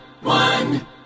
one